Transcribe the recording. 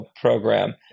program